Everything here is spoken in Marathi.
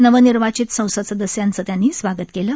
नवनिर्वाचित संसद सदस्यांचं त्यांनी स्वागत केलं